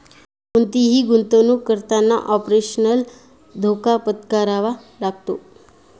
कोणतीही गुंतवणुक करताना ऑपरेशनल धोका पत्करावा लागतो